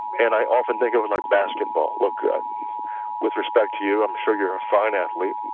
and i often think of like basketball, look with respect to you, i'm sure you're a fine athlete,